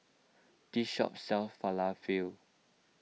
this shop sells Falafel